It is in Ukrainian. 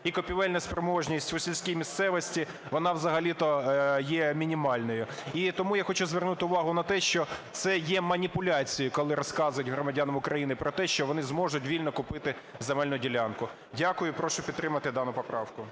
і купівельна спроможність у сільській місцевості, вона взагалі-то є мінімальною. І тому я хочу звернути увагу на те, що це є маніпуляцією, коли розказують громадянам України про те, що вони зможуть вільно купити земельну ділянку. Дякую. Прошу підтримати дану поправку.